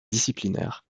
disciplinaires